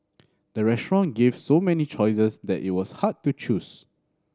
the restaurant gave so many choices that it was hard to choose